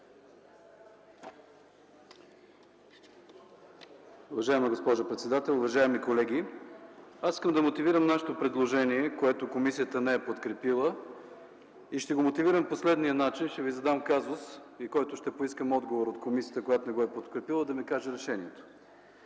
Уважаема госпожо председател, уважаеми колеги! Аз искам да мотивирам нашето предложение, което комисията не е подкрепила и ще го мотивирам по следния начин. Ще ви задам казус и ще поискам отговор от комисията, която не го е подкрепила – да ми каже решението.